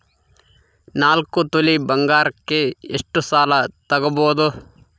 ನಾಲ್ಕು ತೊಲಿ ಬಂಗಾರಕ್ಕೆ ಎಷ್ಟು ಸಾಲ ತಗಬೋದು?